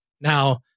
Now